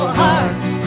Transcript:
hearts